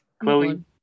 Chloe